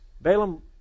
Balaam